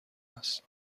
است